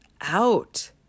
out